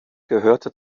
gehörte